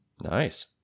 nice